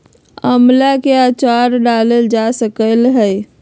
आम्ला के आचारो डालल जा सकलई ह